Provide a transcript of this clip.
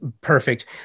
perfect